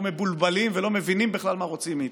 מבולבלים ולא מבינים בכלל מה רוצים מאיתנו,